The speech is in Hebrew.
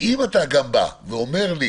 אם אתה בא ואומר לי